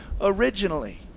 originally